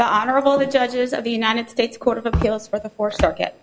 the honorable the judges of the united states court of appeals for the four circuit